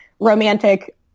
romantic